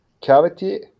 cavity